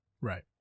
Right